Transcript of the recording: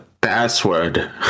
password